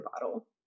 bottle